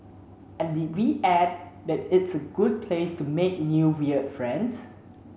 and did we add that it's a good place to make new weird friends